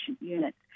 units